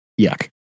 Yuck